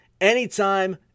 anytime